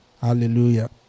hallelujah